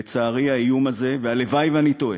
לצערי, האיום הזה, והלוואי שאני טועה,